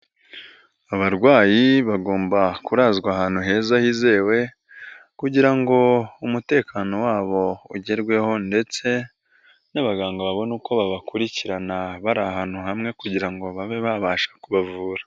Abarwayi bagomba kurazwa ahantu heza hizewe, kugira ngo umutekano wabo ugerweho ndetse n'abaganga babone uko babakurikirana bari ahantu hamwe kugira ngo babe babasha kubavura.